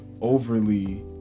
overly